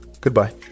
goodbye